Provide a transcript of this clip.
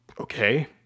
Okay